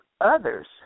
others